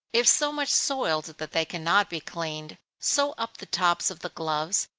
if so much soiled that they cannot be cleaned, sew up the tops of the gloves,